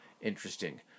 interesting